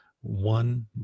One